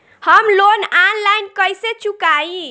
हम loan online कइसे चुकाई?